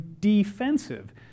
defensive